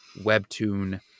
Webtoon